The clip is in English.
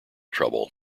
trouble